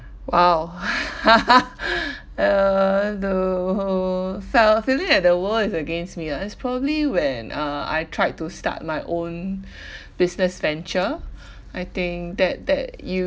!wow! uh the felt I feel it like the world is against me lah it's probably when uh I tried to start my own business venture I think that that you